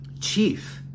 chief